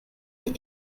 your